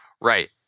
Right